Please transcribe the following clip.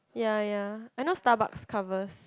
ya ya I know Starbucks covers